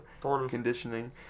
conditioning